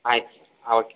ಆಯ್ತು sir okay